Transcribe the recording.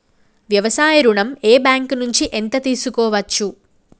వ్యవసాయ ఋణం ఏ బ్యాంక్ నుంచి ఎంత తీసుకోవచ్చు?